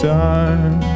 time